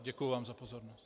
Děkuji vám za pozornost.